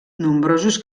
nombrosos